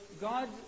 God